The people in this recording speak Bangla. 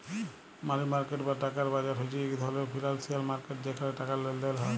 মালি মার্কেট বা টাকার বাজার হছে ইক ধরলের ফিল্যালসিয়াল মার্কেট যেখালে টাকার লেলদেল হ্যয়